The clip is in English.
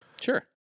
Sure